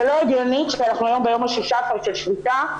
זה לא הגיוני שאנחנו היום ביום ה-16 של השביתה,